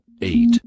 eight